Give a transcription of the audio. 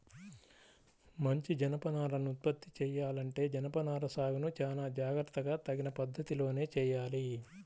మంచి జనపనారను ఉత్పత్తి చెయ్యాలంటే జనపనార సాగును చానా జాగర్తగా తగిన పద్ధతిలోనే చెయ్యాలి